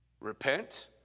Repent